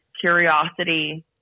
curiosity